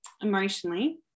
emotionally